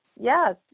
Yes